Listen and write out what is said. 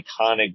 iconic